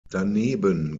daneben